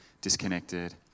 disconnected